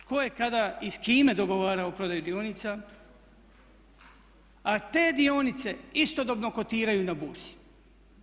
Tko je kada i s kime dogovarao prodaju dionica a te dionice istodobno kotiraju na burzi.